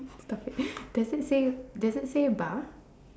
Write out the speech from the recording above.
stop it does it say does it say bar